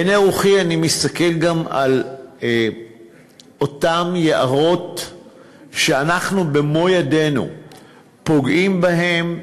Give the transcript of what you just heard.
בעיני רוחי אני מסתכל גם על אותם יערות שאנחנו במו-ידינו פוגעים בהם,